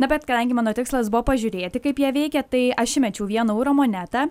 na bet kadangi mano tikslas buvo pažiūrėti kaip jie veikia tai aš įmečiau vieno euro monetą